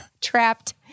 Trapped